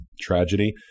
tragedy